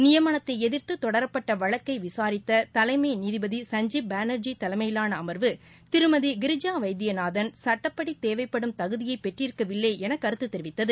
நியமனத்தை எதிர்த்து தொடரப்பட்ட வழக்கை விசாரித்த தலைமை நீதிபதி சஞ்ஜீப் பானர்ஜி தலைமையிலான அமர்வு திருமதி கிரிஜா வைத்தியநாதன் சட்டப்படி தேவைப்படும் தகுதியை பெற்றிருக்கவில்லை என கருத்து தெரிவித்தது